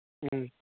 ꯎꯝ